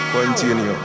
Continue